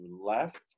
left